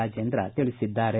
ರಾಜೇಂದ್ರ ತಿಳಿಸಿದ್ದಾರೆ